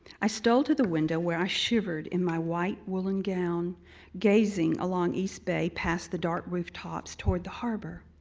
i stole to the window where i shivered in my white, woolen gown gazing along east bay past the dark rooftops toward the harbor.